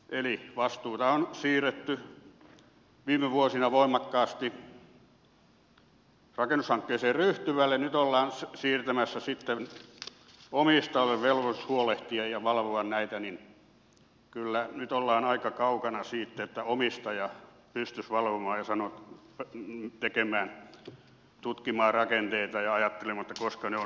eli vastuuta on siirretty viime vuosina voimakkaasti rakennushankkeeseen ryhtyvälle ja kun nyt ollaan siirtämässä sitten omistajalle velvollisuus huolehtia ja valvoa näitä niin kyllä ollaan aika kaukana siitä että omistaja pystyisi valvomaan ja tutkimaan rakenteita ja ajattelemaan koska ne ovat sortumassa